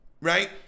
right